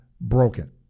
broken